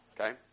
okay